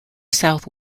south